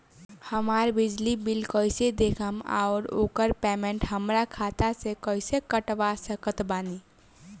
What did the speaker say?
हमार बिजली बिल कईसे देखेमऔर आउर ओकर पेमेंट हमरा खाता से कईसे कटवा सकत बानी?